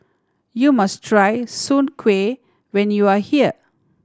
you must try soon kway when you are here